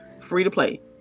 Free-to-play